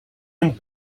and